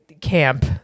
camp